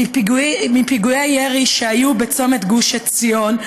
מפיגועי הירי שהיו בצומת גוש עציון.